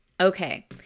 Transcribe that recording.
Okay